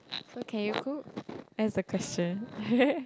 it's okay you cook that's the question